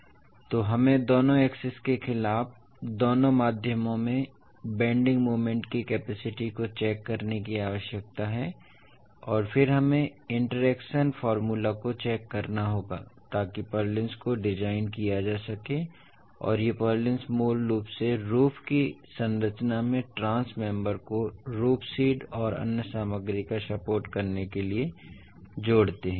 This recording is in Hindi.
इसलिए हमें दोनों एक्सिस के खिलाफ दोनों माध्यमों में बेन्डिंग मोमेंट की कैपेसिटी को चेक करने की आवश्यकता है और फिर हमें इंटरैक्शन फॉर्मूला को चेक करना होगा ताकि पुर्लिन्स को डिज़ाइन किया जा सके और ये पुर्लिन्स मूल रूप से रूफ की संरचना में ट्रांस मेम्बर्स को रूफ सीड और अन्य सामग्री का सपोर्ट करने के लिए जोड़ते हैं